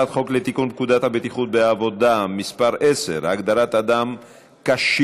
הצעת חוק לתיקון פקודת הבטיחות ובעבודה (מס' 10) (הגדרת אדם כשיר),